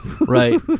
Right